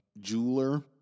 jeweler